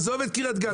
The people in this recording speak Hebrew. עזוב את קרית גת,